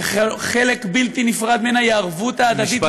שחלק בלתי נפרד ממנה היא הערבות ההדדית,